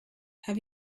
have